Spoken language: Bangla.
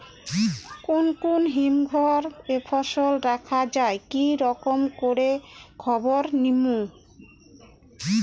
কুন কুন হিমঘর এ ফসল রাখা যায় কি রকম করে খবর নিমু?